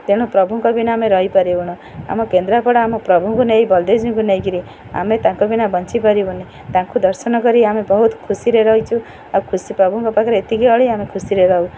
ତେଣୁ ପ୍ରଭୁଙ୍କ ବିନା ଆମେ ରହିପାରିବୁନୁ ଆମ କେନ୍ଦ୍ରାପଡ଼ା ଆମ ପ୍ରଭୁଙ୍କୁ ନେଇ ବଳଦେବ ଜୀଉଙ୍କୁ ନେଇକିରି ଆମେ ତାଙ୍କ ବିନା ବଞ୍ଚିପାରିବୁନି ତାଙ୍କୁ ଦର୍ଶନ କରି ଆମେ ବହୁତ ଖୁସିରେ ରହିଛୁ ଆଉ ଖୁସି ପ୍ରଭୁଙ୍କ ପାଖରେ ଏତିକି ଅଳି ଆମେ ଖୁସିରେ ରହୁ